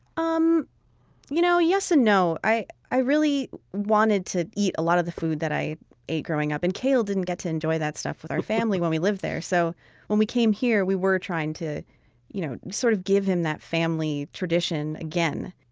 um you know yes and no. i i really wanted to eat a lot of the food i ate growing up. and kale didn't get to enjoy that stuff with our family when we lived there. so when we came here we were trying to you know sort of give him that family tradition again.